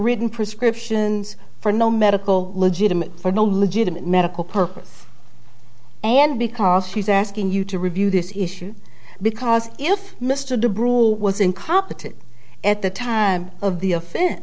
written prescriptions for no medical legitimate for no legitimate medical purpose and because she's asking you to review this issue because if mr du bruel was incompetent at the time of